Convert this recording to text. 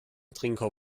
trinker